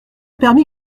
permis